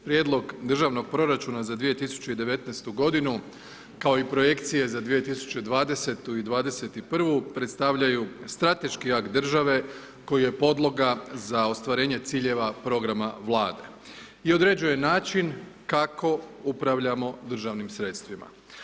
Prijedlog državnog proračuna za 2019. godinu, kao i Projekcije za 2020. i 2021,. predstavljaju strateški akt države koji je podloga za ostvarenje ciljeva programa Vlade, i određuje način kako upravljamo državnim sredstvima.